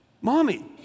mommy